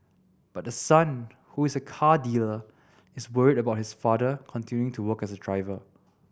but the son who is a car dealer is worried about his father continuing to work as a driver